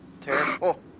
terrible